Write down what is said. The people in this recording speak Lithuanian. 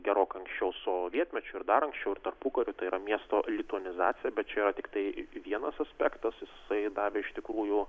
gerokai anksčiau sovietmečiu ir dar anksčiau ir tarpukariu tai yra miesto lituanizacija bet čia yra tiktai vienas aspektas jisai davė iš tikrųjų